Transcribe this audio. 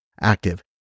active